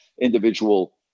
individual